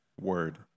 word